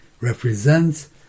represents